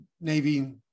navy